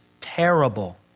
terrible